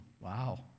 Wow